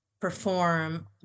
perform